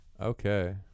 Okay